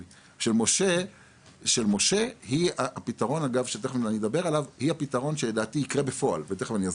משה היא הפתרון שלדעתי יקרה בפועל ותכף אני אסביר.